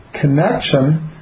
connection